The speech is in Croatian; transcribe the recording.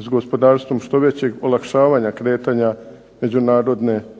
s gospodarstvom što većeg olakšavanja kretanja